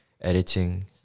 editing